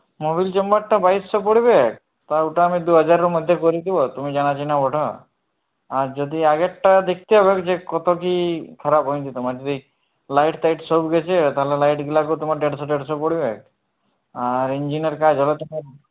Mobil চেম্বারটা বাইশো পরবে তা ওটা আমি দু হাজারের মধ্যে করে দেবো তুমি জানা চিনা বটে আর যদি আগেরটা দেখতে হবে যে কত কি খারাপ হয়েছে তোমার যদি লাইট ফাইট সব গেছে তাহলে লাইটগুলাকেও তোমার দেড়শো দেড়শো পরবে আর ইঞ্জিনের কাজ হবে তোমার